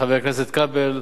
חבר הכנסת כבל,